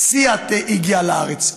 סיאט הגיעה לארץ,